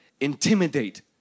intimidate